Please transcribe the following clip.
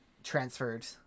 transferred